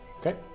Okay